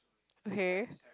okay